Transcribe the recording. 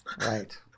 right